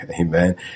Amen